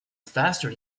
faster